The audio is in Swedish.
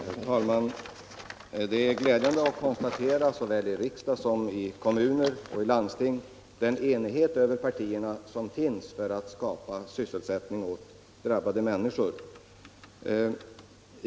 Herr talman! Det är glädjande att konstatera den enighet över partigränserna som föreligger såväl i riksdag som i kommuner och landsting när det gäller att skapa sysselsättning åt drabbade människor.